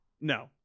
No